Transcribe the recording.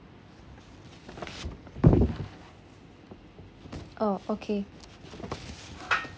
oh okay